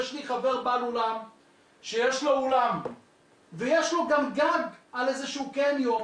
יש לי חבר בעל אולם שיש לו אולם ויש לו גם גג על איזשהו קניון,